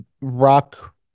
Rock